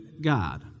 God